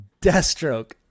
Deathstroke